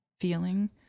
feeling